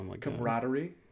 Camaraderie